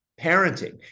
parenting